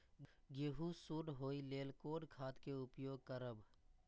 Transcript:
गेहूँ सुन होय लेल कोन खाद के उपयोग करब?